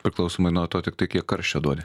priklausomai nuo to tiktai kiek karščio duodi